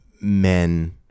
men